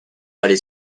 aller